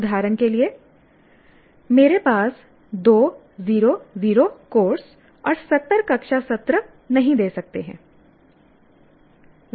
उदाहरण के लिए मेरे पास 2 0 0 कोर्स और 70 कक्षा सत्र नहीं दे सकते हैं